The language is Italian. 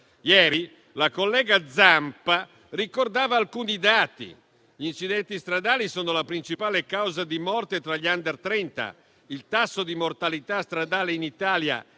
Ieri la collega Zampa ricordava alcuni dati: gli incidenti stradali sono la principale causa di morte tra gli *under* 30; il tasso di mortalità stradale in Italia